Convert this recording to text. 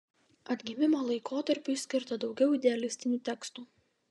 atgimimo laikotarpiui skirta daugiau idealistinių tekstų